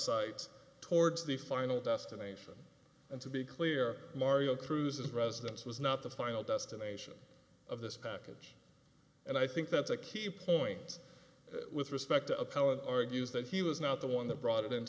sites towards the final destination and to be clear mario cruz is residence was not the final destination of this package and i think that's a key point with respect to appellant argues that he was not the one that brought it in